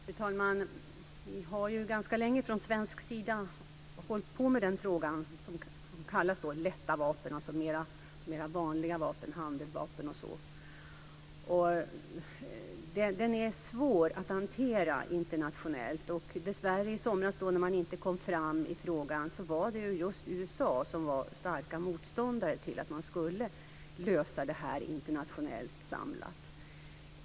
Fru talman! Vi har ju ganska länge från svensk sida arbetat med frågan om det som kallas lätta vapen, dvs. mera vanliga vapen som handeldvapen o.d. Den är svår att hantera internationellt. När man i somras dessvärre inte kom framåt i frågan var just USA stark motståndare till att man skulle lösa den samlat på internationellt plan.